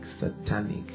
satanic